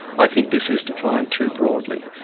i think this is defined too broadly,